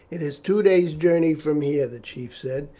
it is two days' journey from here, the chief said.